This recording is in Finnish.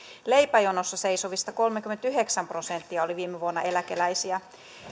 leipäjonossa seisovista kolmekymmentäyhdeksän prosenttia oli viime vuonna eläkeläisiä